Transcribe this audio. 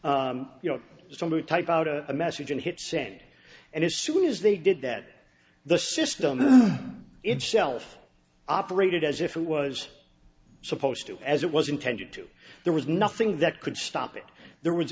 you know somebody type out a message and hit send and as soon as they did that the system itself operated as if it was supposed to as it was intended to there was nothing that could stop it there was